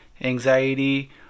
anxiety